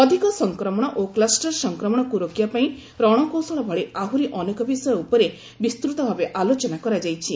ଅଧିକ ସଂକ୍ରମଣ ଓ କୁଷ୍ଟର ସଂକ୍ରମଣକୁ ରୋକିବାପାଇଁ ରଣକୌଶଳ ଭଳି ଆହୁରି ଅନେକ ବିଷୟ ଉପରେ ବିସ୍ତୂତ ଭାବେ ଆଲୋଚନା କରାଯାଇଛି